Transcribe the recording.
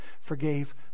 forgave